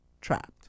trapped